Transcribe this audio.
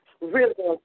rhythm